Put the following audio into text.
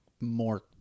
more